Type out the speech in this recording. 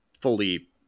fully